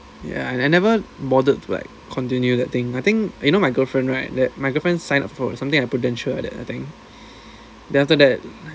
yeah I never bothered to like continue that thing I think you know my girlfriend right that my girlfriend sign up for something like Prudential like that I think then after that